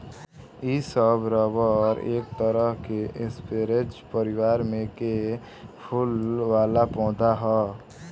इ सब रबर एक तरह के स्परेज परिवार में के फूल वाला पौधा ह